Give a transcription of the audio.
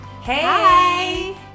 Hey